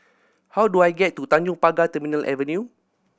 how do I get to Tanjong Pagar Terminal Avenue